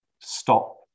stop